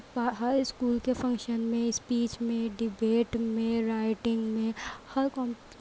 ہر ہر اسکول کے فنکشن میں اسپیچ میں ڈبیٹ میں رائٹنگ میں ہر